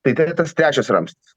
tai tai tas trečias ramstis